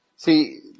See